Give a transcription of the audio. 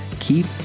keep